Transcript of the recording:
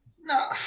No